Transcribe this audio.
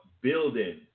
building